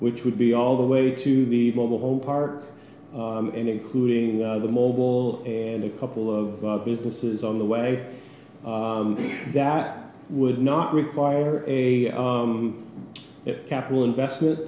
which would be all the way to the mobile home park and including the mobile and a couple of businesses on the way that would not require a capital investment